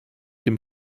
dem